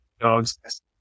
dogs